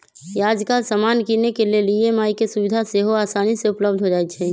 याजकाल समान किनेके लेल ई.एम.आई के सुभिधा सेहो असानी से उपलब्ध हो जाइ छइ